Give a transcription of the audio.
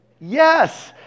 Yes